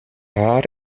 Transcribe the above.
haar